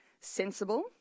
sensible